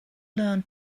learn